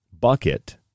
bucket